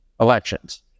elections